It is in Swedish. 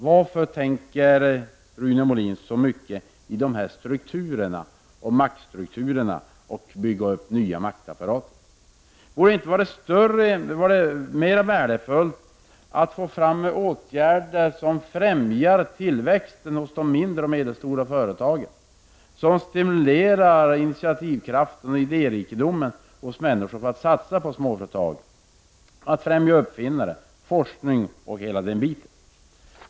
Varför tänker Rune Molin så mycket på dessa maktstrukturer och på att bygga upp nya maktapparater? Vore det inte mer värdefullt att få fram åtgärder som främjar tillväxten hos de mindre och medelstora företagen, som stimulerar initiativkraften och idérikedomen hos människor och får dem att satsa på småföretag, att satsa på uppfinnare, forskning m.m.?